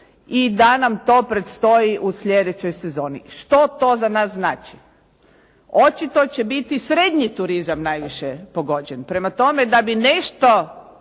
i da nam to predstoji u sljedećoj sezoni. Što to za nas znači? Očito će biti srednji turizam najviše pogođen. Prema tome da bi nešto